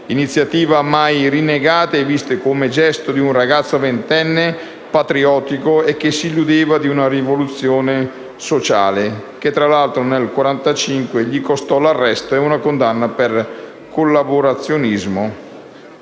iniziativa mai rinnegata e vista come gesto di un ragazzo ventenne patriottico che si illudeva nella possibilità di una rivoluzione sociale e che tra l'altro, nel 1945, gli costò l'arresto e una condanna per collaborazionismo